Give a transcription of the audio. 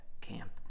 camp